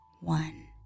one